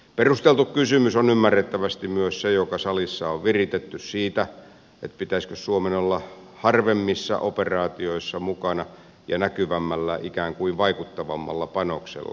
perusteltu kysymys joka salissa on viritetty on ymmärrettävästi myös se pitäisikö suomen olla harvemmissa operaatioissa mukana ja näkyvämmällä ikään kuin vaikuttavammalla panoksella